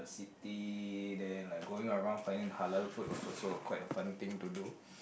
city then like going around finding halal food was also quite a fun thing to do